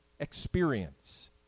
experience